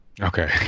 Okay